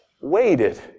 waited